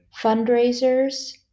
fundraisers